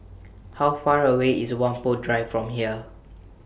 How Far away IS Whampoa Drive from here